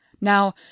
Now